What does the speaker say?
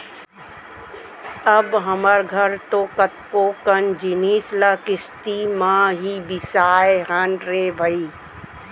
अब हमर घर तो कतका कन जिनिस ल किस्ती म ही बिसाए हन रे भई